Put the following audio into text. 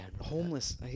homeless